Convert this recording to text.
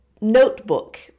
notebook